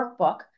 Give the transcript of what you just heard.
workbook